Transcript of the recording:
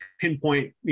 pinpoint